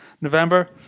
November